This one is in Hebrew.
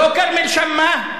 לא כרמל שאמה.